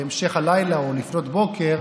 בהמשך הלילה או לפנות בוקר,